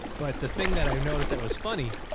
but the thing that i noticed that was funny,